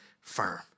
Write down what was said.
firm